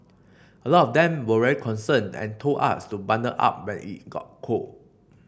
a lot of them were very concerned and told us to bundle up when it got cold